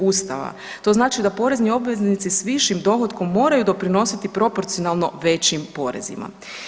Ustava, to znači da porezni obveznici s višim dohotkom moraju doprinositi proporcionalno većim porezima.